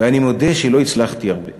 ואני מודה שלא הצלחתי הרבה